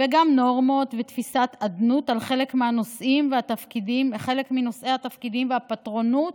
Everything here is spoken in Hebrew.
גם נורמות ותפיסת אדנות של חלק מנושאי מהתפקידים ופטרונות,